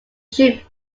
shoot